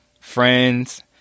friends